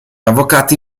avvocati